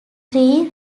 three